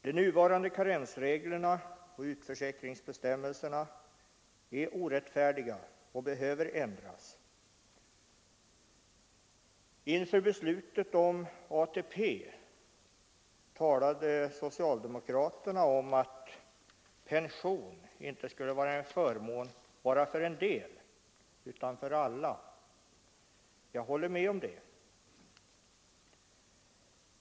De nuvarande karensreglerna i sjukförsäkringsbestämmelserna är orättfärdiga och behöver ändras. Inför beslutet om ATP talade socialdemokraterna om att pension inte skulle vara en förmån bara för en del utan för alla. Jag håller med om det.